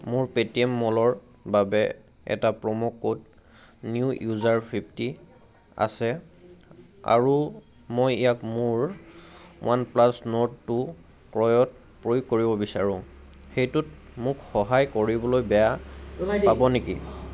মোৰ পেটিএম মলৰ বাবে এটা promo code new user fifty আছে আৰু মই ইয়াক মোৰ ৱানপ্লাছ নৰ্ড টু ক্ৰয়ত প্ৰয়োগ কৰিব বিচাৰোঁ সেইটোত মোক সহায় কৰিবলৈ বেয়া পাবনেকি